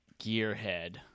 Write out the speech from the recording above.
gearhead